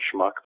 schmuck